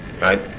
right